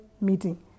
meeting